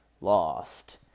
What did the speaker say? lost